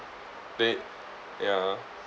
they ya